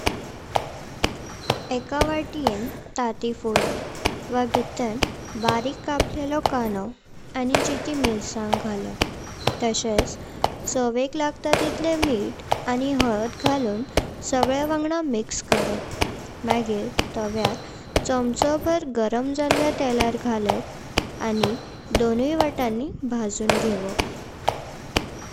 एका वाटीएं ताटी फोडप वा भीतन बारीक कापलो कानो आनी जिती मिरसांग घालप। तसच छवेक लागत टाइटल मित आनी हलद घालून सगळे वांगडा मिक्स करप मगिर तव्यार चमचोभर गरम झाल्ल्या तेलार घालप आनी दोनुई वाताणी भाजून घेवप।